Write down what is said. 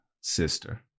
sister